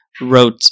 Wrote